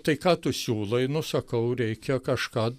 tai ką tu siūlai nu sakau reikia kažką